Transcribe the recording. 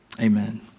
Amen